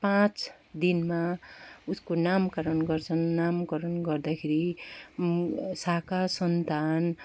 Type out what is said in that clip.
पाँच दिनमा उसको नामकरण गर्छन् नामकरण गर्दाखेरि साखा सन्तान